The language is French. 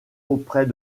auprès